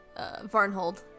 Varnhold